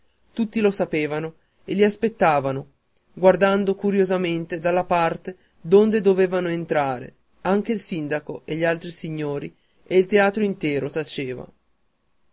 tutti lo sapevano e li aspettavano guardando curiosamente dalla parte donde dovevano entrare anche il sindaco e gli altri signori e il teatro intero taceva